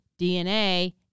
DNA